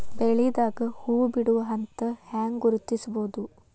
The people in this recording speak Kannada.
ಬೆಳಿದಾಗ ಹೂ ಬಿಡುವ ಹಂತ ಹ್ಯಾಂಗ್ ಗುರುತಿಸೋದು?